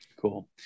Cool